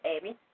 Amy